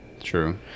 True